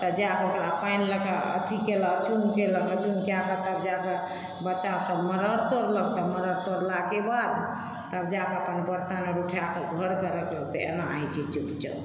तब जा कऽ ओकरा पानि लए कऽ अथी केलक चून केलक आ चून कएके तब जा कऽ बच्चासभ मरड़ तोड़लक तऽ मरड़ तोड़लाके बाद तब जाकऽ अपन पत्तामे उठाके घरके रखलक तऽ एना होइत छै चौड़चन